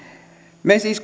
me siis